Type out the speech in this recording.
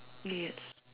yes